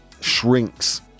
shrinks